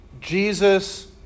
Jesus